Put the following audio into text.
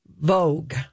Vogue